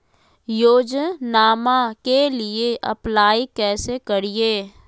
योजनामा के लिए अप्लाई कैसे करिए?